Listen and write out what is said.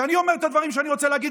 כשאני אומר את הדברים שאני רוצה להגיד,